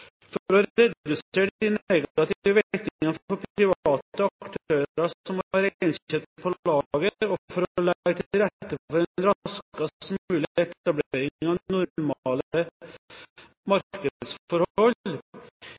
høst. For å redusere de negative virkningene for private aktører som har reinkjøtt på lager, og for å legge til rette for en raskest mulig etablering av normale